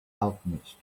alchemist